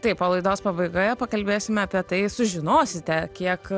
taip o laidos pabaigoje pakalbėsime apie tai sužinosite kiek